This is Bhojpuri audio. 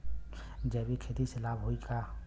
जैविक खेती से लाभ होई का?